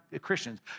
Christians